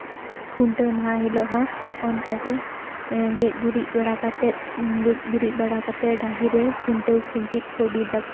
ᱠᱷᱩᱱᱴᱟᱹᱢ ᱢᱟᱦᱟ ᱦᱤᱞᱳᱜ ᱦᱚᱸ ᱚᱱᱠᱟ ᱜᱮ ᱜᱮᱡ ᱜᱩᱨᱤᱡ ᱵᱟᱲᱟ ᱠᱟᱛᱮ ᱜᱮᱡ ᱜᱩᱨᱤᱡ ᱵᱟᱲᱟ ᱠᱟᱛᱮ ᱰᱟᱺᱦᱤᱨᱮ ᱠᱷᱩᱱᱴᱟᱹᱣ ᱠᱷᱩᱱᱴᱤ ᱠᱚ ᱵᱤᱫᱟᱠᱚ